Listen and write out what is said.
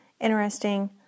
interesting